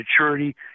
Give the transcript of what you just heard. maturity